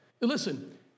listen